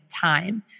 time